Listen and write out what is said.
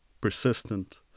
persistent